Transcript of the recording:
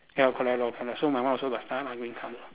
ya correct lor correct so my one also got star green colour